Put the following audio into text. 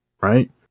right